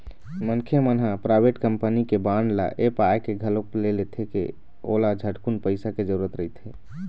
मनखे मन ह पराइवेट कंपनी के बांड ल ऐ पाय के घलोक ले लेथे के ओला झटकुन पइसा के जरूरत रहिथे